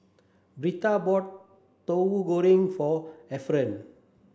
Birtha bought Tauhu Goreng for Ephram